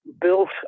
built